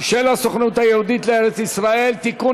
ושל הסוכנות היהודית לארץ-ישראל (תיקון,